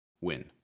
win